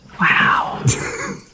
Wow